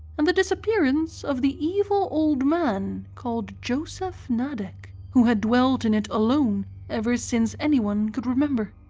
and the disappearance of the evil old man called josef nadek, who had dwelt in it alone ever since anyone could remember.